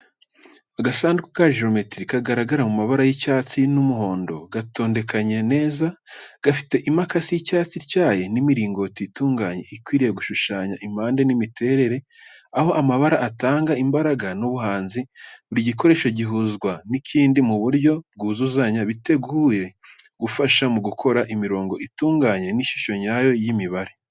Agasanduku ka geometiri kagaragara mu mabara y’icyatsi n’umuhondo, gatondekanye neza. Gafite imakasi y’icyatsi ityaye n’imiringoti itunganye, ikwiriye gushushanya impande n’imiterere. Ayo mabara atanga imbaraga n’ubuhanzi. Buri gikoresho gihuzwa n’ikindi mu buryo bwuzuzanya, biteguye gufasha mu gukora imirongo itunganye n’ishusho nyayo y'imibare.